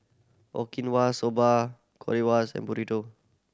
Okinawa Soba Currywurst and Burrito